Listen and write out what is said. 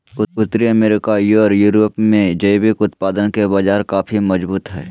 उत्तरी अमेरिका ओर यूरोप में जैविक उत्पादन के बाजार काफी मजबूत हइ